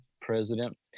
president